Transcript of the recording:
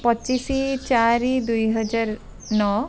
ପଚିଶ ଚାରି ଦୁଇହଜାର ନଅ